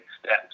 steps